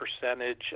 percentage